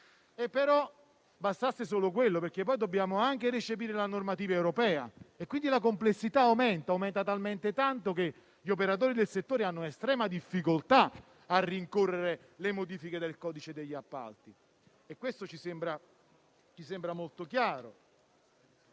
fa. Bastasse solo quello. Dobbiamo anche recepire la normativa europea e, quindi, la complessità aumenta talmente tanto che gli operatori del settore hanno estrema difficoltà a rincorrere le modifiche del codice degli appalti. E questo ci sembra molto chiaro.